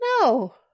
No